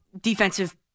defensive